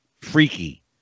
freaky